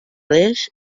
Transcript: desh